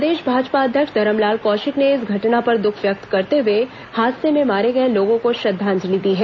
प्रदेश भाजपा अध्यक्ष धरमलाल कौशिक ने इस घटना पर दुख व्यक्त करते हुए हादसे में मारे गए लोगों को श्रद्वांजलि दी है